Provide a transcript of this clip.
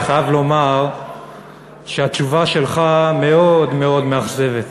אני חייב לומר שהתשובה שלך מאוד מאוד מאכזבת.